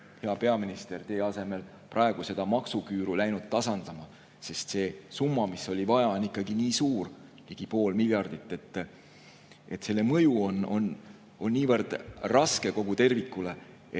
hea peaminister, teie asemel praegu seda maksuküüru läinud tasandama, sest see summa, mis on vaja, on ikkagi nii suur, ligi pool miljardit, et selle mõju on raske kogu tervikule.